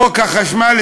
חוק משק החשמל,